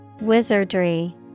Wizardry